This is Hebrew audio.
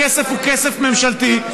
הכסף הוא כסף ממשלתי.